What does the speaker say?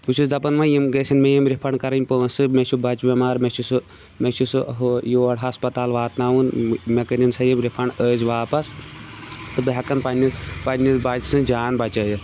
بہٕ چھُس دَپان وۄنۍ یِم گٔژھن مےٚ یِم رِفَنٛڈ کَرٕنۍ پۄنٛسہٕ مےٚ چھُ بَچہِ بٮ۪مار مےٚ چھِ سُہ مےٚ چھِ سُہ ہُہ یور ہَسپتال واتناوُن مےٚ مےٚ کٔرِنۍ سا یِم رِفںٛڈ أزۍ واپَس تہٕ بہٕ ہٮ۪کَن پںٛنہِ پںٛنِس بَچہِ سٕنٛز جان بَچٲیِتھ